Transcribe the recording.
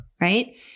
Right